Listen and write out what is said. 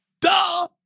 Duh